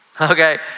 okay